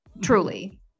truly